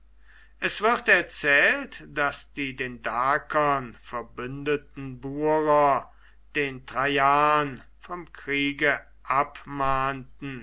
es wird erzählt daß die den dakern verbündeten burer den traian vom kriege abmahnten